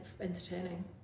entertaining